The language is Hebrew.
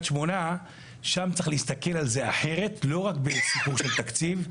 שמונה שם צריך להסתכל על זה אחרת לא רק בסיפור של תקציב,